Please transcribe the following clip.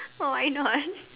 oh why not